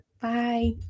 Bye